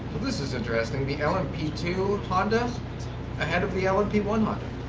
this is interesting. the l m p two honda ahead of the l m p one honda.